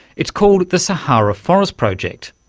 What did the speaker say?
it's called the sahara forest project,